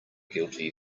guilty